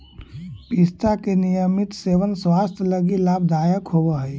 पिस्ता के नियमित सेवन स्वास्थ्य लगी लाभदायक होवऽ हई